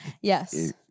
Yes